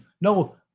No